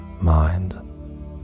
mind